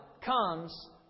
comes